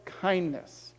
kindness